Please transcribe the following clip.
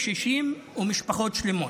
קשישים ומשפחות שלמות.